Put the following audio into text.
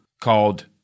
called